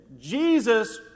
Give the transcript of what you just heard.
Jesus